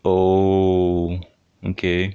oh okay